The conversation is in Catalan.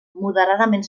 moderadament